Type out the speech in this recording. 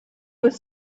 with